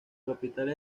capital